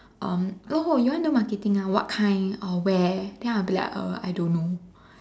um oh you want do marketing ah what kind where then I will be like uh I don't know